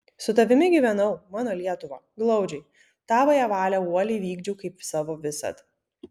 su tavimi gyvenau mano lietuva glaudžiai tavąją valią uoliai vykdžiau kaip savo visad